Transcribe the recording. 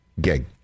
gig